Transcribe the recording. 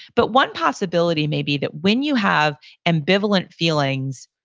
but one possibility maybe that when you have ambivalent feelings,